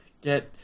get